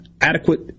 adequate